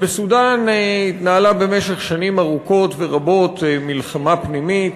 בסודאן התנהלה במשך שנים ארוכות ורבות מלחמה פנימית,